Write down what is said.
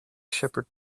shepherd